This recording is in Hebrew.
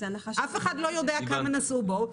אף אחד לא יודע כמה נסעו בו,